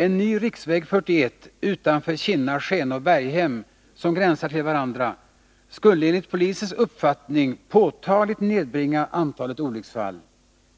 En ny riksväg 41 utanför Kinna, Skene och Berghem, som gränsar till varandra, skulle enligt polisens uppfattning påtagligt nedbringa antalet olycksfall.